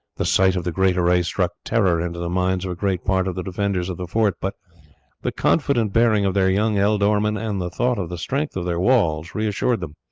the sight of the great array struck terror into the minds of a great part of the defenders of the fort but the confident bearing of their young ealdorman and the thought of the strength of their walls reassured them.